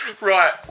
Right